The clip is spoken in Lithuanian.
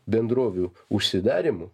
bendrovių užsidarymu